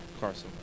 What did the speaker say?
Carson